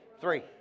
Three